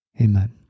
Amen